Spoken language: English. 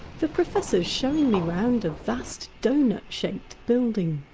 the professor is showing me round a vast doughnut-shaped building.